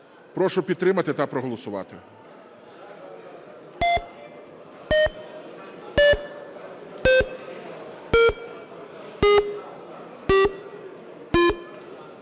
Прошу підтримати та проголосувати.